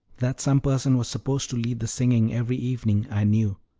that some person was supposed to lead the singing every evening i knew,